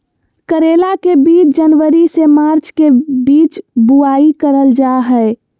करेला के बीज जनवरी से मार्च के बीच बुआई करल जा हय